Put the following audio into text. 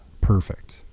perfect